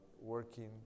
working